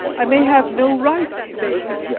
i may have no right to make it.